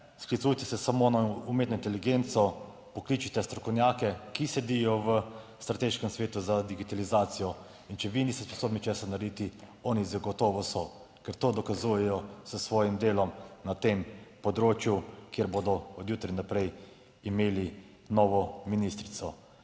sklicujete se samo na umetno inteligenco, pokličite strokovnjake, ki sedijo v strateškem svetu za digitalizacijo in če vi niste sposobni česa narediti, oni zagotovo so, ker to dokazujejo s svojim delom na tem področju, kjer bodo od jutri naprej imeli novo ministrico.